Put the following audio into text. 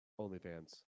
OnlyFans